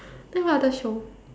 then what other show